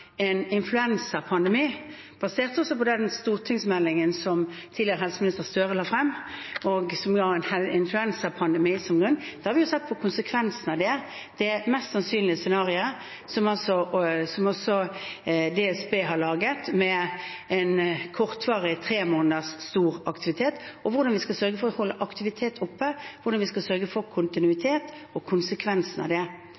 en influensapandemi, basert på den stortingsmeldingen som tidligere helseminister Gahr Støre la frem, og som hadde en influensapandemi som bakgrunn. Vi har sett på konsekvensen av det mest sannsynlige scenarioet, som også er det DSB har laget, med kortvarig, tremåneders, stor aktivitet – hvordan vi skal sørge for å holde aktivitet oppe, hvordan vi skal sørge for kontinuitet og konsekvensene av det.